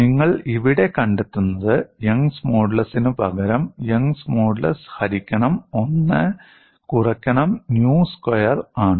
നിങ്ങൾ ഇവിടെ കണ്ടെത്തുന്നത് യങ്സ് മോഡുലസിനുപകരം യങ്സ് മോഡുലസ് ഹരിക്കണം 1 കുറക്കണം nu സ്ക്വയർ ആണ്